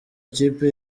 ikipe